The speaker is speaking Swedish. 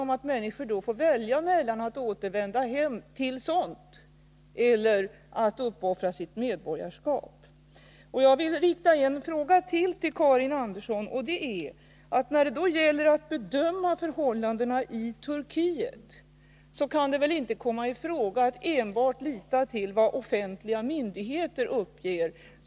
Människor får då välja mellan att återvända hem till sådant och att offra sitt medborgarskap. Jag vill rikta ännu en fråga till Karin Andersson, och det är: När det gäller att bedöma förhållandena i Turkiet kan det väl inte komma i fråga att lita enbart till vad offentliga myndigheter uppger?